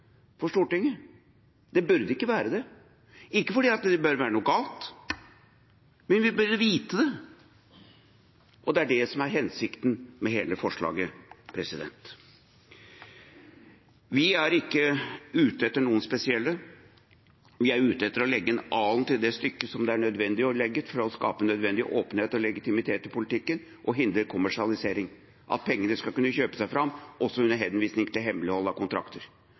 for Stortinget? Det burde ikke være det – ikke fordi det behøver å være noe galt i det, men vi burde vite det, og det er det som er hensikten med hele forslaget. Vi er ikke ute etter noen spesielle. Vi er ute etter å legge en alen til det stykket som det er nødvendig å legge til for å skape nødvendig åpenhet og legitimitet i politikken og hindre kommersialisering – at pengene skal kunne «kjøpe seg fram», også under henvisning til hemmelighold av kontrakter.